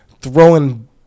throwing